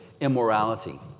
immorality